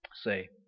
say